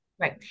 Right